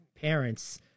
parents